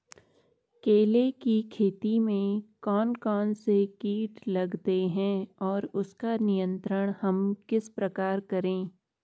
केले की खेती में कौन कौन से कीट लगते हैं और उसका नियंत्रण हम किस प्रकार करें?